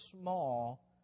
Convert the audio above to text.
small